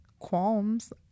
qualms